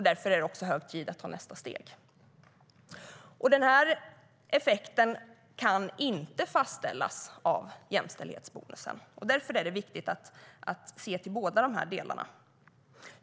Därför är det också hög tid att ta nästa steg. Någon sådan effekt av jämställdhetsbonusen kan inte fastställas. Därför är det viktigt att se till båda delarna.